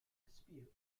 dispute